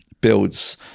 builds